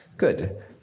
Good